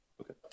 Okay